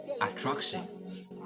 attraction